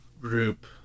group